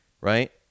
right